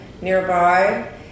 nearby